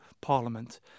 parliament